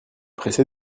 pressé